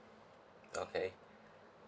okay